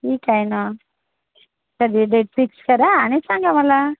ठीक आहे ना तर जे जे फिक्स करा आणि सांगा मला